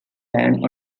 land